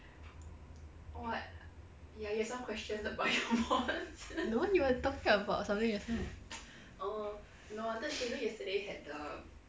no you were talking about something just now